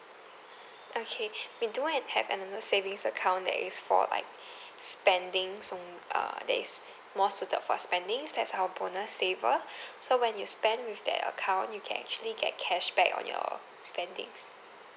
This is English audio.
okay we do an~ have another savings account that is for like spending so uh that's more suited for spending that's our bonus saver so when you spend with that account you can actually get cashback on your spending